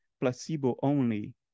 placebo-only